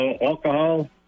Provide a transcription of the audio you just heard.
alcohol